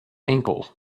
ankle